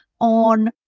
on